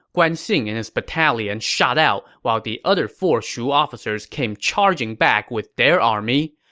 guan xing and his battalion shot out, while the other four shu officers came charging back with their army.